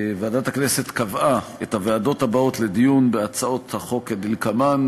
ועדת הכנסת קבעה את הוועדות הבאות לדיון בהצעות החוק כדלקמן,